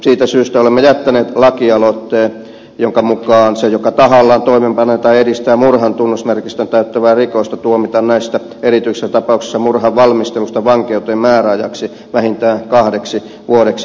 siitä syystä olemme jättäneet lakialoitteen jonka mukaan se joka tahallaan toimeenpanee tai edistää murhan tunnusmerkistön täyttävää rikosta tuomitaan erityisessä tapauksessa murhan valmistelusta vankeuteen määräajaksi vähintään kahdeksi vuodeksi